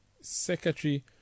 secretary